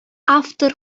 автор